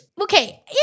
Okay